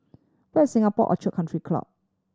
where is Singapore Orchid Country Club